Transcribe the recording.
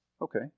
Okay